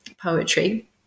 Poetry